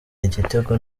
igitego